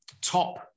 top